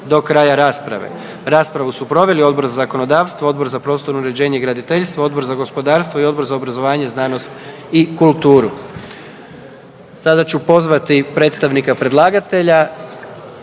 do kraja rasprave. Raspravu su proveli Odbor za zakonodavstvo, Odbor za prostorno uređenje i graditeljstvo, Odbor za gospodarstvo i Odbor za obrazovanje, znanost i kulturu. Sada ću pozvati predstavnika predlagatelja,